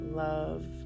love